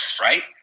Right